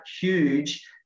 huge